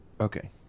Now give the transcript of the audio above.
Okay